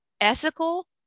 ethical